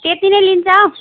त्यत्ति नै लिन्छ हौ